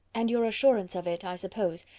and your assurance of it, i suppose,